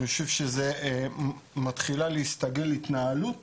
אני חושב שמתחילה להסתגל התנהלות